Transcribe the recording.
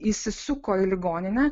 įsisuko į ligoninę